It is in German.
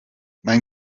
mein